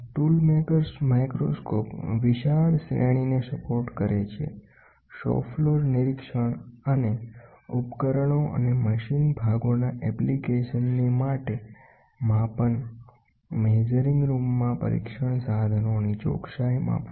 tool makers microscope વિશાળ શ્રેણીને support કરે છે શોપ ફલોર નિરીક્ષણ અને ઉપકરણો અને મશીન ભાગોના એપ્લિકેશનની માટે માપન માપન ઓરડા મા પરીક્ષણ સાધનોની ચોકસાઇ માપવા